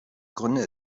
gründe